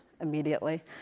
immediately